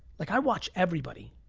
like i watch everybody.